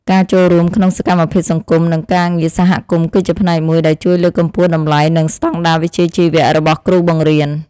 ការចូលរួមក្នុងសកម្មភាពសង្គមនិងការងារសហគមន៍គឺជាផ្នែកមួយដែលជួយលើកកម្ពស់តម្លៃនិងស្តង់ដារវិជ្ជាជីវៈរបស់គ្រូបង្រៀន។